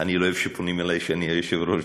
אני לא אוהב שפונים אלי כשאני היושב-ראש ומביכים,